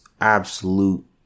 absolute